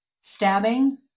stabbing